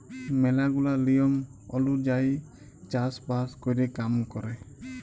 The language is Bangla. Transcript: ম্যালা গুলা লিয়ম ওলুজায়ই চাষ বাস ক্যরে কাম ক্যরে